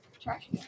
Trash